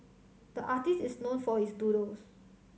the artist is known for his doodles